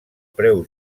preu